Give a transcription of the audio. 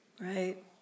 Right